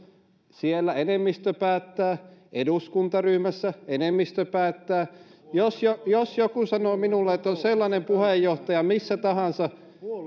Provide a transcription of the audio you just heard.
siellä enemmistö päättää eduskuntaryhmässä enemmistö päättää jos joku sanoo minulle että on sellainen puheenjohtaja missä tahansa